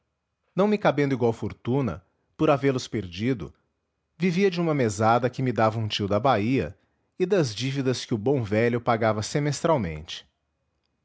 não em cabendo igual fortuna por havê los perdido vivia de uma mesada que me dava um tio da bahia e das dívidas que o bom velho pagava semestralmente